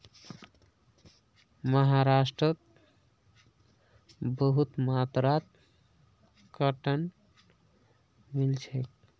महाराष्ट्रत बहुत मात्रात कॉटन मिल छेक